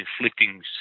inflicting